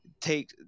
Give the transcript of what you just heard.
take